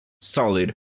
solid